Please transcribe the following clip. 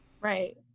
Right